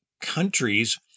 countries